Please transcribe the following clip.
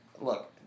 look